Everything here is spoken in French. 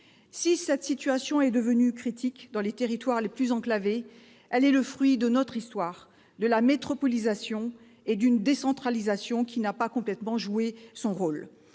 Si cette situation est devenue critique dans les territoires les plus enclavés, elle est le fruit de notre histoire, de la métropolisation et d'une décentralisation qui n'a pas complètement joué son rôle.